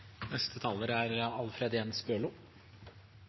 Neste taler er